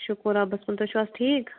شُکُر رۅبَس کُن تُہۍ چھِو حظ ٹھیٖک